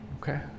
okay